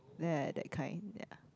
there that kind ya